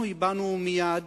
אנחנו הבענו מייד